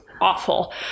awful